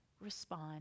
respond